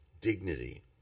dignity